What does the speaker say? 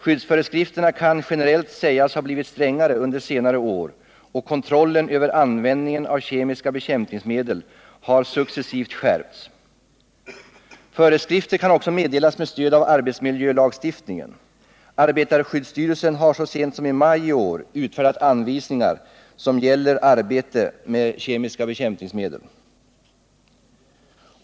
Skyddsföreskrifterna kan generellt sägas ha blivit strängare under senare år och kontrollen över användningen av kemiska bekämpningsmedel har successivt skärpts. Föreskrifter kan också meddelas med stöd av arbetsmiljölagstiftningen. Arbetarskyddsstyrelsen har så sent som i maj i år utfärdat anvisningar som gäller arbete med kemiska bekämpningsmedel.